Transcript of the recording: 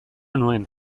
nuen